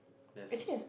that's so